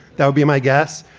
that would be my guess.